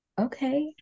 Okay